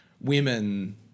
women